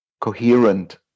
coherent